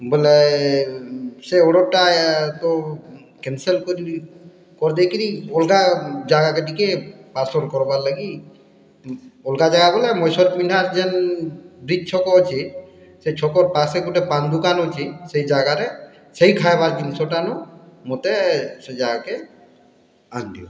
ବଇଲେ ସେ ଅର୍ଡ଼ର୍ଟା ତ କ୍ୟାନ୍ସଲ୍ କରିବି କରିଦେଇ କିରି ଅଲଗା ଜାଗାକେ ଟିକେ ପାର୍ସଲ୍ କର୍ବାର୍ ଲାଗି ଅଲଗା ଜାଗା ବୋଲେ ମହେଶ୍ଵର ପିଣ୍ଢା ଜେନ୍ ଛକ ଅଛି ସେ ଛକର୍ ପାଶେ ଗୁଟେ ପାନ୍ ଦୁକାନ୍ ଅଛି ସେଇ ଜାଗାରେ ସେଇ ଖାଇବାର୍ ଜିନ୍ଷ ଟାନୁ ମୋତେ ସେ ଜାଗା କେ ଆଣିଦିଅ